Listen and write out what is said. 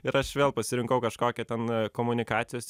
ir aš vėl pasirinkau kažkokią ten komunikacijos